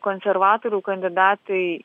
konservatorių kandidatai